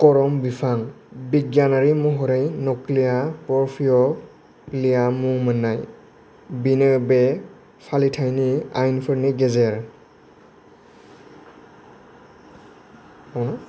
करम बिफां बिगियानारि महरै न'क्लिया पारविफ'लिया मुं मोननाय बिनो बे फालिथायनि आइनफोरनि गेजेर